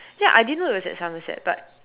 ya I didn't know it was at Somerset but